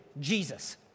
Jesus